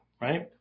right